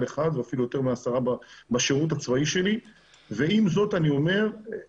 אחד ואפילו יותר מעשרה בשירות הצבאי שלי ועם זאת אני אומר מה